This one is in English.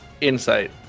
insight